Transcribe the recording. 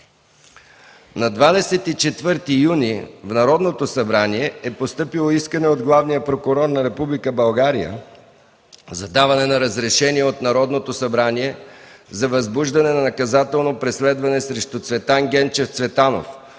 На 24 юни в Народното събрание е постъпило искане от главния прокурор на Република България за даване на разрешение от Народното събрание за възбуждане на наказателно преследване срещу Цветан Генчев Цветанов